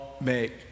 make